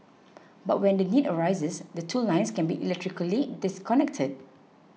but when the need arises the two lines can be electrically disconnected